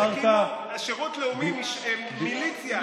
כאילו השירות לאומי זה מיליציה,